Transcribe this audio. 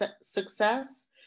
success